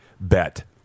bet